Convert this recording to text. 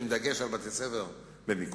עם דגש על בתי-ספר במיקוד,